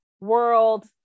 world